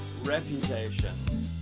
reputation